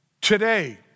today